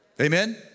Amen